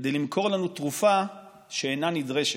כדי למכור לנו תרופה שאינה נדרשת.